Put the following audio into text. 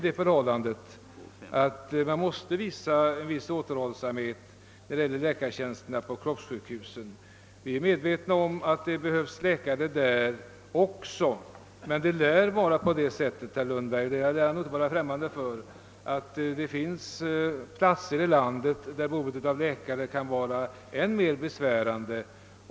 påpekas nödvändigheten av att iaktta en viss återhållsamhet i fråga om läkartjänster vid kroppssjukhusen. Vi är medvetna om att det behövs läkare också där. Men herr Lundberg torde inte vara främmande för att det finns andra platser i landet där behovet av läkare kan vara än mer påträngande.